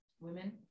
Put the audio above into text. women